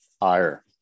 ire